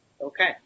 Okay